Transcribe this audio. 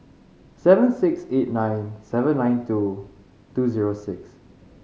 seven six eight nine seven nine two two zero six